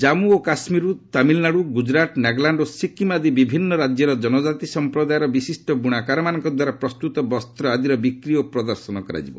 ଜାମ୍ମୁ ଓ କାଶ୍ମୀରରୁ ତାମିଲନାଡୁ ଗୁଜରାଟ ନାଗାଲାଣ୍ଡ ଓ ସିକ୍କିମ୍ ଆଦି ବିଭିନ୍ନ ରାଜ୍ୟର ଜନକାତି ସମ୍ପ୍ରଦାୟର ବିଶିଷ୍ଟ ବୁଣାକାରମାନଙ୍କ ଦ୍ୱାରା ପ୍ରସ୍ତୁତ ବସ୍ତ୍ର ଆଦିର ବିକ୍ରି ଓ ପ୍ରଦର୍ଶନ କରାଯିବ